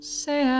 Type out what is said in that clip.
say